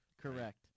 correct